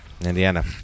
Indiana